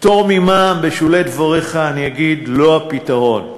פטור ממע"מ, בשולי דבריך, אני אגיד: לא הפתרון.